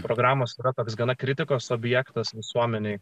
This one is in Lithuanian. programos yra toks gana kritikos objektas visuomenei